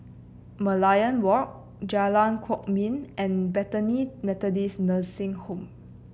Merlion Walk Jalan Kwok Min and Bethany Methodist Nursing Home